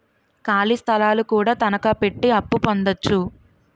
ఖాళీ స్థలాలు కూడా తనకాపెట్టి అప్పు పొందొచ్చు